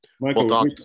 Michael